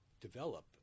develop